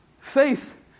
Faith